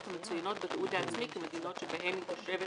המצוינות בתיעוד העצמי כמדינות שבהן היא תושבת